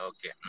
Okay